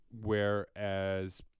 whereas